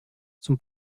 zum